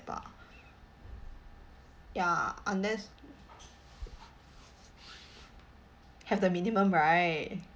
bah ya unless have the minimum right